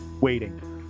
waiting